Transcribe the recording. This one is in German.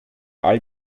all